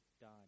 done